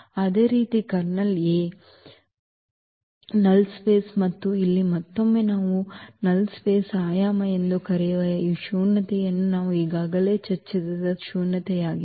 ಅದೇ ರೀತಿ kernel A A ನ ಶೂನ್ಯ ಜಾಗವಾಗಿತ್ತು ಮತ್ತು ಇಲ್ಲಿ ಮತ್ತೊಮ್ಮೆ ನಾವು ಶೂನ್ಯ ಜಾಗದ ಆಯಾಮ ಎಂದು ಕರೆಯುವ ಈ ಶೂನ್ಯತೆಯನ್ನು ನಾವು ಈಗಾಗಲೇ ಚರ್ಚಿಸಿದ ಶೂನ್ಯತೆಯಾಗಿದೆ